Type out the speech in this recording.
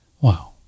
Wow